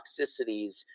toxicities